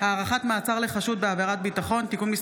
הצעת חוק עידוד תרומות מזון (תיקון,